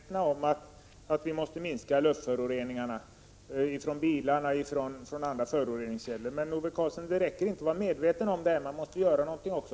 Fru talman! Ove Karlsson säger: Vi är medvetna om att vi måste minska luftföroreningarna från bilarna och från andra föroreningskällor. Men, Ove Karlsson, det räcker inte att vara medveten om detta. Man måste göra någonting också.